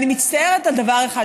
אני מצטערת על דבר אחד,